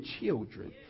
children